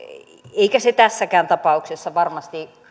eikä se tässäkään tapauksessa varmasti